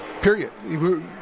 Period